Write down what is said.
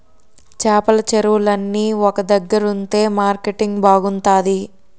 చేపల చెరువులన్నీ ఒక దగ్గరుంతె మార్కెటింగ్ బాగుంతాది